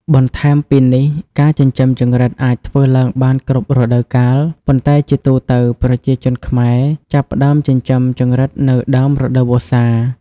បន្ថែមពីនេះការចិញ្ចឹមចង្រិតអាចធ្វើឡើងបានគ្រប់រដូវកាល ប៉ុន្តែជាទូទៅ ប្រជាជនខ្មែរចាប់ផ្ដើមចិញ្ចឹមចង្រិតនៅ ដើមរដូវវស្សា។